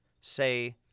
say